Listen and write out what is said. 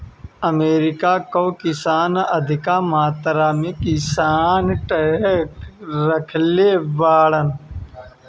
America कअ किसान अधिका मात्रा में किसानी ट्रक रखले बाड़न